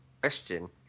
question